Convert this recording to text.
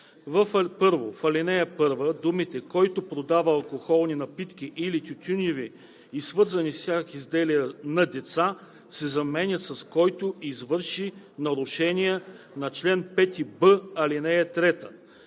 В ал. 1 думите „Който продава алкохолни напитки или тютюневи и свързани с тях изделия на деца“ се заменят с „Който извърши нарушение на чл. 5б, ал. 3“.